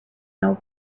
know